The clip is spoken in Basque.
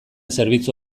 zerbitzu